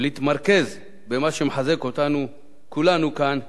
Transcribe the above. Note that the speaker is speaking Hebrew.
ולהתמרכז במה שמחזק אותנו, כולנו כאן כאחד,